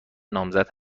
نامزد